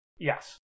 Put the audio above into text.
Yes